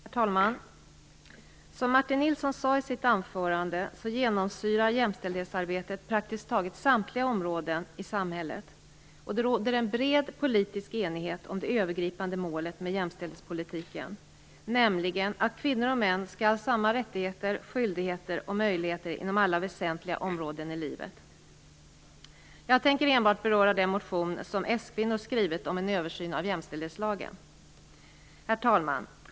Herr talman! Som Martin Nilsson sade i sitt anförande genomsyrar jämställdhetsarbetet praktiskt taget samtliga områden i samhället, och det råder en bred politisk enighet om det övergripande målet med jämställdhetspolitiken, nämligen att kvinnor och män skall ha samma rättigheter, skyldigheter och möjligheter inom alla väsentliga områden i livet. Jag tänker enbart beröra den motion som skvinnor skrivit om en översyn av jämställdhetslagen. Herr talman!